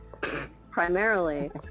Primarily